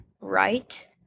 right